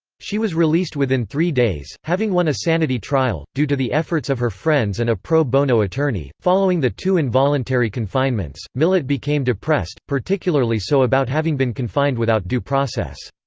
she was released within three days, having won a sanity trial, due to the efforts of her friends and a pro bono attorney following the two involuntary confinements, millett became depressed, particularly so about having been confined without due process.